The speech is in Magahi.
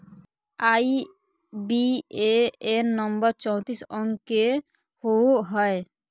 आई.बी.ए.एन नंबर चौतीस अंक के होवो हय